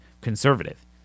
CONSERVATIVE